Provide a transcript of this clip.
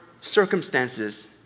circumstances